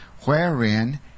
wherein